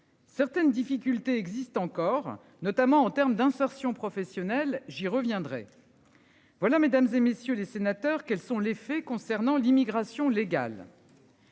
Certaines difficultés existent encore, notamment en terme d'insertion professionnelle. J'y reviendrai. Voilà, Mesdames, et messieurs les sénateurs. Quels sont les faits concernant l'immigration légale.